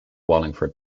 wallingford